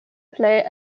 plej